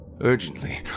Urgently